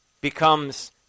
becomes